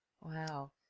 Wow